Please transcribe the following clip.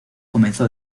comenzó